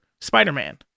spider-man